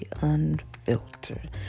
Unfiltered